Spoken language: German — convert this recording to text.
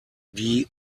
die